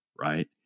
right